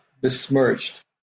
besmirched